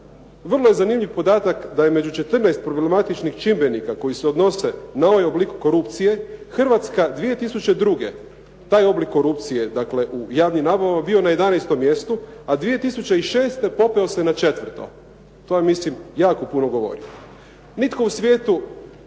Vrlo je zanimljiv podatak da je među 14 problematičnih čimbenika koji se odnose na ovaj oblik korupcije Hrvatska 2002. taj oblik korupcije, dakle u javnim nabavama bio na 11. mjestu, a 2006. popeo se na 4. To ja mislim jako puno govori. Nitko u svijetu